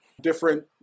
different